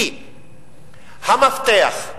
כי המפתח,